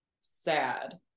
sad